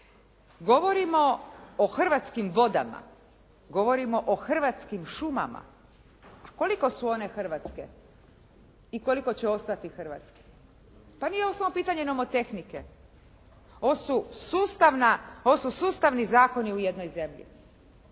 Govorimo o Hrvatskim vodama, govorimo o Hrvatskim šumama. Koliko su one hrvatske i koliko će ostati hrvatske? Pa nije ovo samo pitanje nomotehnike. Ovo su sustavni zakoni u jednoj zemlji.